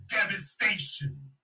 devastation